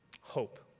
hope